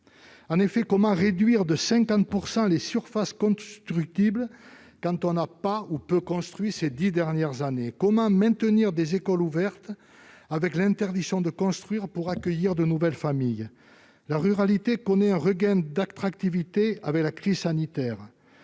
En effet, comment réduire de 50 % les surfaces constructibles, quand on n'a pas, ou peu, construit ces dix dernières années ? Comment maintenir des écoles ouvertes avec l'interdiction de construire pour accueillir de nouvelles familles ? La ruralité connaît un regain d'attractivité avec la crise sanitaire.